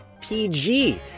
PG